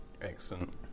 Excellent